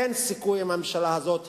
אין סיכוי עם הממשלה הזאת.